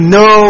no